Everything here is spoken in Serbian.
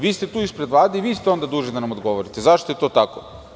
Vi ste tu ispred Vlade i vi ste dužni da nam odgovorite zašto je to tako.